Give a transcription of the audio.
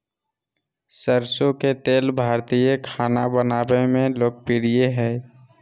सरसो के तेल भारतीय खाना बनावय मे लोकप्रिय हइ